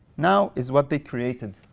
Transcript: now is what they created.